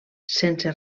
sense